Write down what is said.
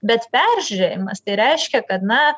bet peržiūrėjimas tai reiškia kad na